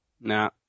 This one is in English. Nah